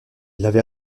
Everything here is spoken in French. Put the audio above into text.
l’avait